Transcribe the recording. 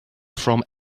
from